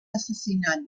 assassinat